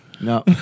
No